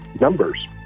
numbers